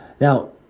Now